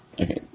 Okay